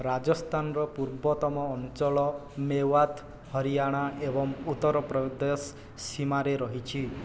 ରାଜସ୍ଥାନର ପୂର୍ବତ୍ତନ ଅଞ୍ଚଳ ମେୱତ ହରିୟାଣା ଏବଂ ଉତ୍ତରପ୍ରଦେଶ ସୀମାରେ ରହିଛି